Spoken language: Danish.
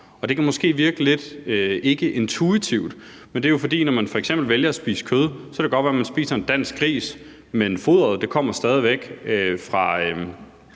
Det kan måske virke lidt ikkeintuitivt, men det er jo, fordi det, når man f.eks. vælger at spise kød, godt kan være, at man spiser dansk gris, men foderet kommer stadig væk